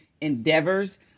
endeavors